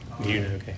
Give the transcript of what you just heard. okay